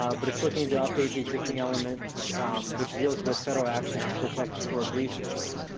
ah but it's looking to update the existing element which deals with federal actions to protect historic resources.